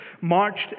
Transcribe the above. marched